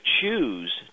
choose